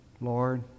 Lord